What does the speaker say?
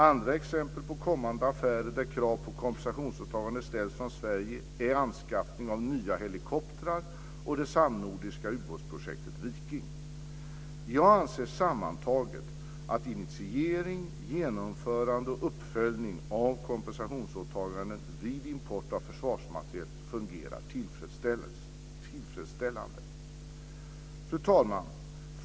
Andra exempel på kommande affärer där krav på kompensationsåtaganden ställs från Sverige är anskaffning av nya helikoptrar och det samnordiska ubåtsprojektet Viking. Jag anser sammantaget att initiering, genomförande och uppföljning av kompensationsåtaganden vid import av försvarsmateriel fungerar tillfredsställande. Fru talman!